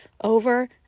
over